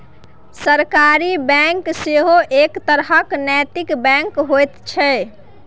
सहकारी बैंक सेहो एक तरहक नैतिक बैंक होइत छै